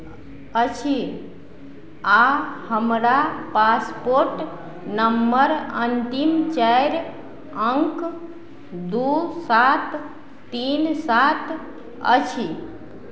अछि आ हमरा पासपोर्ट नम्बर अन्तिम चारि अङ्क दू सात तीन सात अछि